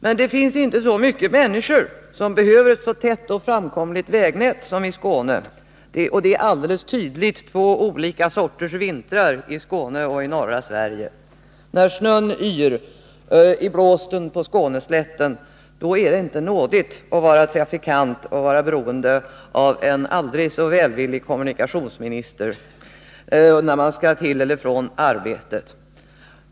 Men där finns inte så mycket människor som behöver ett så tätt och framkomligt vägnät som i Skåne, och det är alldeles tydligt olika slags vintrar i Skåne och i norra Sverige. När snön yriblåsten på Skåneslätten är det inte nådigt att vara trafikant på väg till eller från arbetet och vara beroende av en aldrig så välvillig kommunikationsminister.